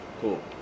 Cool